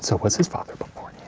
so was his father before